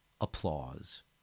Applause